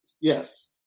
Yes